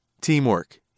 Teamwork